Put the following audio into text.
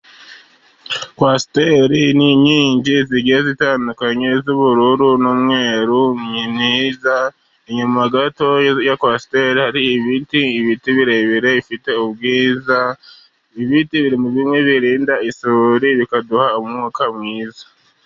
Kwasiteri n'inkingi zigiye zitandukanye z'ubururu n'umweru, inyuma gato ya kwasiteri hari ibiti, ibiti birebire bifite ubwiza, ibiti biri muri bimwe birinda isuri, bikaduha umwuka mwiza.